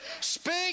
Speak